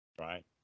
right